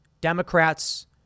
Democrats